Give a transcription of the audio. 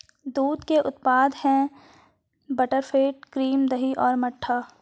दूध के उत्पाद हैं बटरफैट, क्रीम, दही और मट्ठा